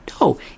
no